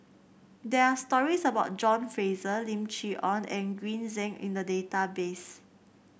there are stories about John Fraser Lim Chee Onn and Green Zeng in the database